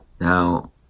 Now